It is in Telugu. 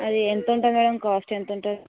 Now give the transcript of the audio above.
అది ఎంత ఉంటుంది మ్యాడమ్ కాస్ట్ ఎంత ఉంటుంది